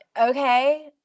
okay